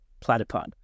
Platypod